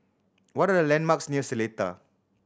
what are the landmarks near Seletar